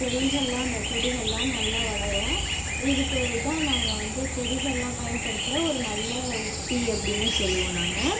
செல்லிகள்லா அந்த செடிகள்லாம் நல்லா வளரும் இதுக்கு இதுதான் நாங்கள் வந்து செடிகளெலாம் பயன்படுத்துகிற ஒரு நல்ல உக்தி அப்படினே சொல்லுவோம் நாங்கள்